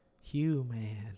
Human